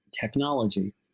technology